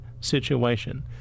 situation